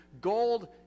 gold